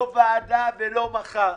לא ועדה ולא מחר.